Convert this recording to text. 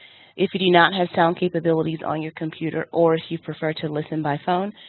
if you do not have sound capabilities on your computer or if you prefer to listen by phone,